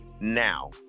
Now